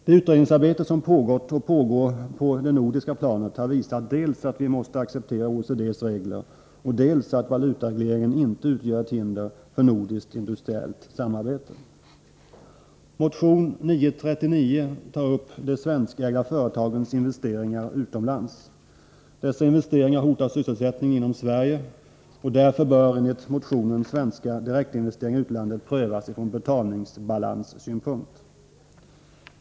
Det utredningsarbete som pågått och pågår på det nordiska planet har visat dels att vi måste acceptera OECD:s regler, dels att valutaregleringen inte utgör ett hinder för nordiskt industriellt samarbete. Motion 939 tar upp de svenskägda företagens investeringar utomlands. Dessa investeringar hotar sysselsättningen inom Sverige. Därför bör, enligt motionen, svenska direktinvesteringar i utlandet prövas från betalningsbalanssynpunkt.